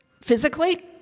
physically